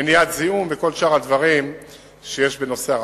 מניעת זיהום וכל שאר הדברים שיש ברכבות.